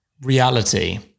reality